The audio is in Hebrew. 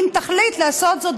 אם תחליט לעשות זאת,